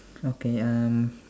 okay uh